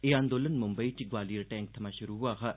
एह् आंदोलन मुंबई च ग्वालियर टैंक थमां शुरु होआ हा